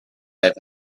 have